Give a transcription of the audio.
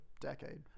decade